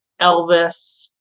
Elvis